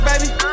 baby